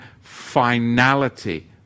finality